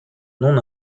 non